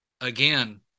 again